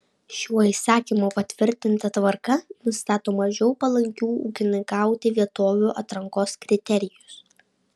šiuo įsakymu patvirtinta tvarka nustato mažiau palankių ūkininkauti vietovių atrankos kriterijus